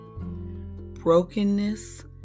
Brokenness